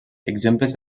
exemples